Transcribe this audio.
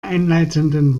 einleitenden